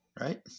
Right